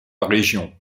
région